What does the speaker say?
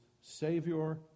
Savior